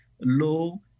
low